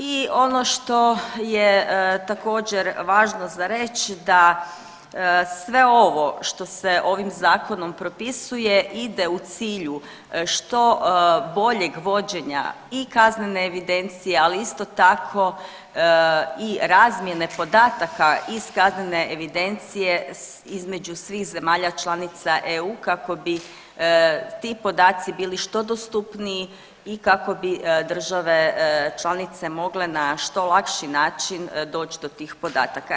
I ono što je također važno za reć da sve ovo što se ovim zakonom propisuje ide u cilju što boljeg vođenja i kaznene evidencije, ali isto tako i razmjene podataka iz kaznene evidencije između svih zemalja članica EU kako bi ti podaci bili što dostupniji i kako bi države članice mogle na što lakši način doć do tih podataka.